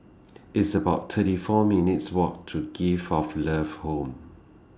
It's about thirty four minutes' Walk to Gift of Love Home